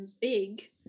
big